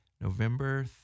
November